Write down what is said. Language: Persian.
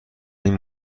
این